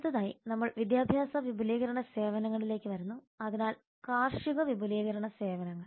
അടുത്തതായി നമ്മൾ വിദ്യാഭ്യാസ വിപുലീകരണ സേവനങ്ങളിലേക്ക് വരുന്നു അതിനാൽ കാർഷിക വിപുലീകരണ സേവനങ്ങൾ